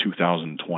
2020